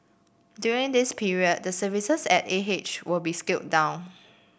during this period the services at A H will be scaled down